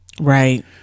Right